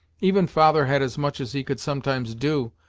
even father had as much as he could sometimes do,